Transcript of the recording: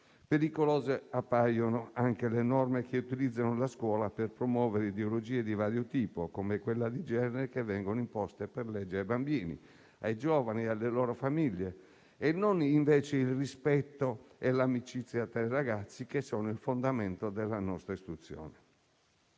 Pericolose appaiono anche le norme che utilizzano la scuola per promuovere ideologie di vario tipo, come quelle di genere, che vengono imposte per legge ai bambini, ai giovani e alle loro famiglie e non invece il rispetto e l'amicizia tra i ragazzi che sono il fondamento della nostra istruzione.